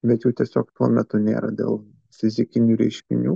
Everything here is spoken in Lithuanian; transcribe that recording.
bet jų tiesiog tuo metu nėra dėl fizikinių reiškinių